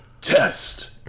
test